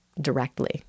directly